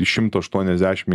iš šimto aštuoniasdešimt